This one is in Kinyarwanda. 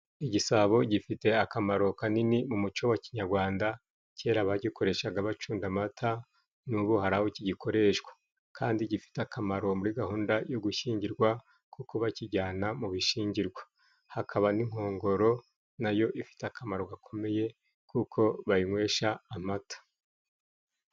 Igisabo gifite akamaro kanini mu muco wa kinyarwanda. Kera bagikoreshaga bacunda amata, n'ubu hari aho kigikoreshwa. Kandi gifite akamaro muri gahunda yo gushyingirwa kuko bakijyana mu bishyigirwa. Hakaba n'inkongoro na yo ifite akamaro gakomeye, kuko bayinywesha amata.